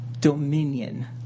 dominion